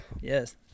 Yes